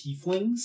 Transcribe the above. tieflings